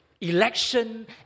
Election